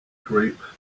group